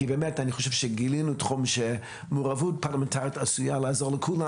כי אני חושב שגילינו תחום בו המעורבות הפרלמנטרית עשויה לעזור לכולם.